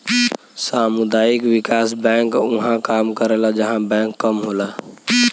सामुदायिक विकास बैंक उहां काम करला जहां बैंक कम होला